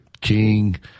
King